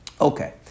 Okay